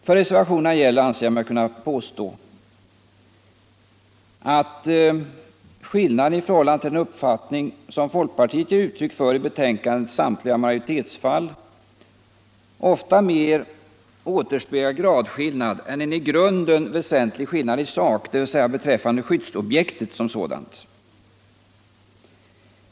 För reservationerna gäller, anser jag mig kunna påstå, att skillnaden i förhållande till den uppfattning som folkpartiet gett uttryck för i betänkandets samtliga majoritetsfall ofta mer återspeglar en gradskillnad än en i grunden väsentlig skillnad i sak, dvs. beträffande skyddsobjektet som sådant.